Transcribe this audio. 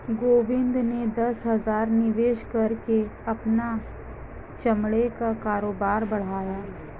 गोविंद ने दस हजार निवेश करके अपना चमड़े का कारोबार बढ़ाया